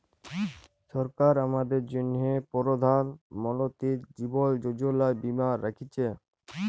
সরকার আমাদের জ্যনহে পরধাল মলতিরি জীবল যোজলা বীমা রাখ্যেছে